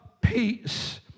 peace